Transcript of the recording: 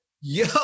yo